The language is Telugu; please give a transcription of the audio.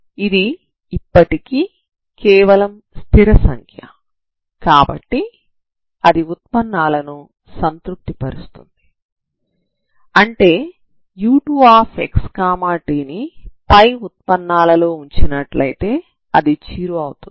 ఇది ఇప్పటికీ కేవలం స్థిర సంఖ్య కాబట్టి అది ఉత్పన్నాలను సంతృప్తి పరుస్తుంది అంటే u2xt ని పై ఉత్పన్నాలలో ఉంచినట్లయితే అది 0 అవుతుంది